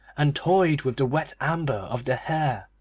and toyed with the wet amber of the hair.